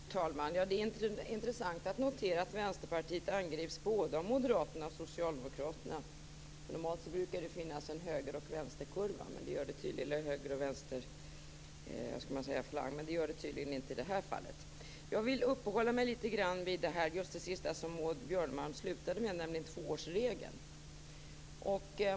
Fru talman! Det är intressant att notera att Vänsterpartiet angrips av både Moderaterna och Socialdemokraterna. Normalt brukar det ju finnas en högeroch en vänsterfalang, men det gör det tydligen inte i det här fallet. Jag vill uppehålla mig lite grann vid det som Maud Björnemalm slutade med, nämligen tvåårsregeln.